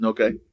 Okay